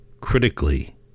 critically